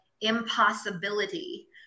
impossibility